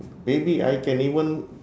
maybe I can even